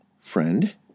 Friend